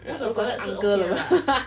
most of the pilot 是 okay 的 lah